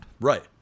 Right